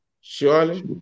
Surely